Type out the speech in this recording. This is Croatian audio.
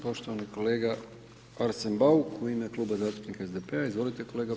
Poštovani kolega Arsen Bauk u ime Kluba zastupnika SDP-a, izvolite kolega Bauk.